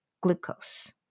glucose